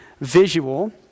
visual